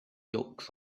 yolks